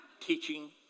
teaching